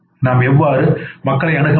நாம் எவ்வாறு மக்களை அணுக முடியும்